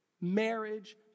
marriage